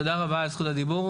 תודה רבה על זכות הדיבור.